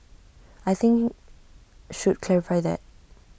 I think should clarify that